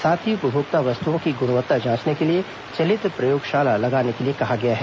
साथ ही उपभोक्ता वस्तुओं की गुणवत्ता जांचने के लिए चलित प्रयोगशालालगाने के लिए कहा गया है